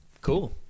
Cool